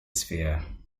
sphere